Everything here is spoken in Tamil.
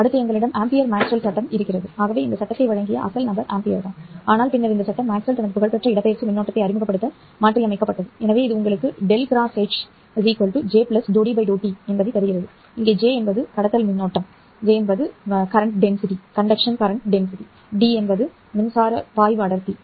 அடுத்து எங்களிடம் ஆம்பியர் மேக்ஸ்வெல் சட்டம் சரி ஆகவே இந்த சட்டத்தை வழங்கிய அசல் நபர் ஆம்பியர் தான் ஆனால் பின்னர் இந்த சட்டம் மேக்ஸ்வெல் தனது புகழ்பெற்ற இடப்பெயர்ச்சி மின்னோட்டத்தை அறிமுகப்படுத்த மாற்றியமைக்கப்பட்டது எனவே இது உங்களுக்கு V × ́H ́J ́D t தருகிறது எங்கே ́J என்பது கடத்தல் மின்னோட்டம் ́D என்பது மின்சார பாய்வு அடர்த்தி